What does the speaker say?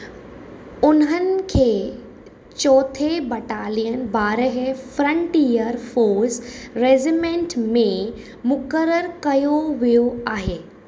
उन्हनि खे चौथे बटालियन ॿारहे फ्रंटियर फोर्स रेजिमेंट में मुकररु कयो वियो आहे